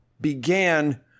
Began